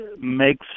makes